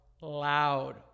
loud